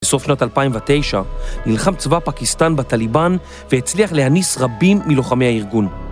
בסוף שנות 2009 נלחם צבא פקיסטן בטאליבן והצליח להניס רבים מלוחמי הארגון